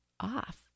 off